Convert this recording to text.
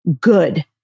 good